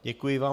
Děkuji vám.